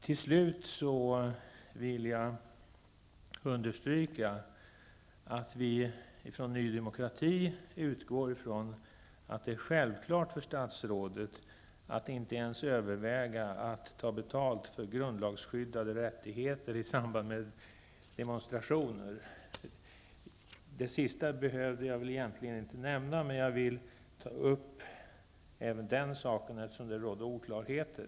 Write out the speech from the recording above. Till slut vill jag understryka att vi i Ny Demokrati utgår från att det är självklart för statsrådet att inte ens överväga att ta betalt för grundlagsskyddade rättigheter i samband med demonstrationer. Det sista behövde jag väl egentligen inte nämna, men jag vill ta upp även den saken, eftersom det råder oklarheter.